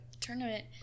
tournament